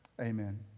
Amen